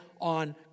on